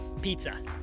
Pizza